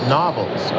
novels